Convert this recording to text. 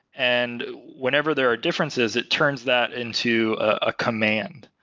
and whenever there are differences, it turns that into a command.